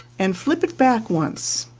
and flip it back once,